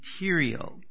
material